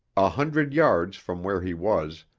a hundred yards from where he was,